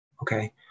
Okay